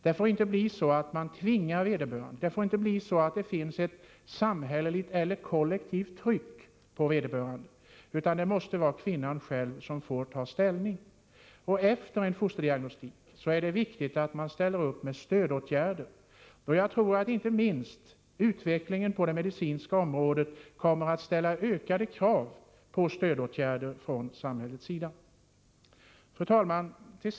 Det får inte bli så att man tvingar vederbörande, att det finns ett samhälleligt eller kollektivt tryck på vederbörande. Det måste vara kvinnan själv som tar ställning. Efter en fosterdiagnostik är det viktigt att man ställer upp med stödåtgärder. Jag tror att inte minst utvecklingen på det medicinska området kommer att öka kraven på stödåtgärder från samhällets sida. Fru talman!